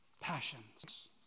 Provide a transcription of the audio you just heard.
passions